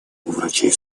врачей